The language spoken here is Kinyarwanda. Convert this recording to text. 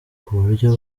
kuburyo